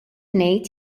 ngħid